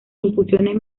infusiones